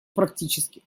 практически